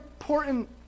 important